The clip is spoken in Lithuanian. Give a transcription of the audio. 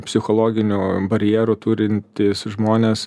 psichologinių barjerų turintys žmonės